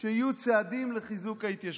שיהיו צעדים לחיזוק ההתיישבות.